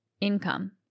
income